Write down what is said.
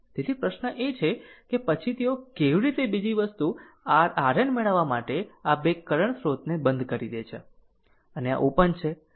તેથી પ્રશ્ન એ છે કે પછી તેઓ કેવી રીતે બીજી વસ્તુ r RN મેળવવા માટે આ બે કરંટ સ્રોતને બંધ કરી દે છે અને આ ઓપન છે